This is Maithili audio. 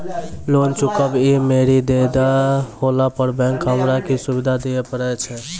लोन चुकब इ मे देरी होला पर बैंक हमरा की सुविधा दिये पारे छै?